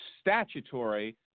statutory